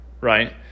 right